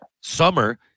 summer